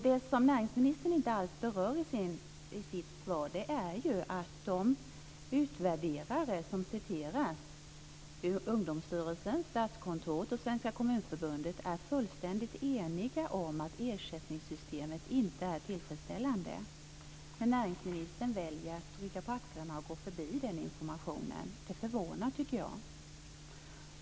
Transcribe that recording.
Det som näringsministern inte alls berör i sitt svar är att de utvärderare som han nämner, dvs. Ungdomsstyrelsen, Statskontoret och Svenska kommunförbundet, är fullständigt eniga om att ersättningssystemet inte är tillfredsställande. Näringsministern väljer att rycka på axlarna och gå förbi den informationen. Det förvånar.